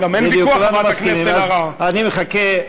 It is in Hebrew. תיקח על עצמך באמת לזרז את העניין